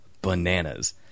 bananas